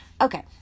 Okay